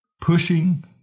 pushing